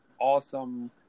awesome